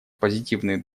позитивный